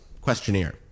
questionnaire